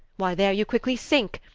why there you quickly sinke,